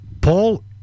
Paul